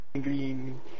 Green